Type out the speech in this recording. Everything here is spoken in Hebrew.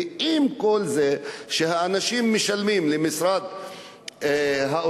ועם כל זה שהאנשים משלמים למשרד האוצר,